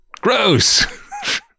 Gross